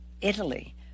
italy